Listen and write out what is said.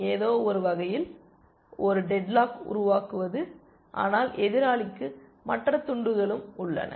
ஏதோவொரு வகையில் ஒரு டெட்லாக் உருவாக்குவது ஆனால் எதிராளிக்கு மற்ற துண்டுகளும் உள்ளன